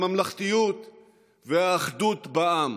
הממלכתיות והאחדות בעם.